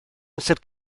amser